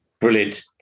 Brilliant